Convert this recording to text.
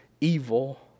evil